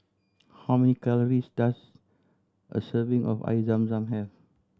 how many calories does a serving of Air Zam Zam have